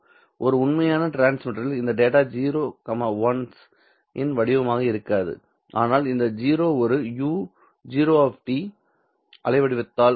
ஒரு உண்மையான டிரான்ஸ்மிட்டரில் இந்த டேட்டா 0 1's இன் வடிவமாக இருக்காது ஆனால் இந்த 0 ஒரு u0 அலைவடிவத்தால் குறிக்கப்படும்